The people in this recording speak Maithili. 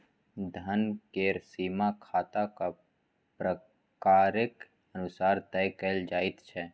धन केर सीमा खाताक प्रकारेक अनुसार तय कएल जाइत छै